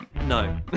No